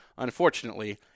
unfortunately